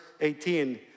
18